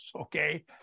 okay